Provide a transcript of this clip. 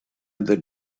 other